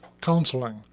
counseling